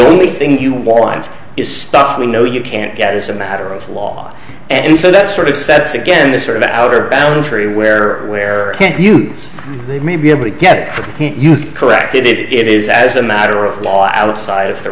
only thing you want is stuff we know you can't get is a matter of law and so that sort of sets again this sort of outer boundary where where you may be able to get it you corrected it it is as a matter of law outside of the